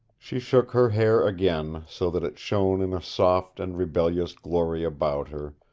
she shook her hair again, so that it shone in a soft and rebellious glory about her,